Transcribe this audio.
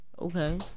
Okay